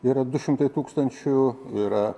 yra du šimtai tūkstančių yra